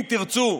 אם תרצו,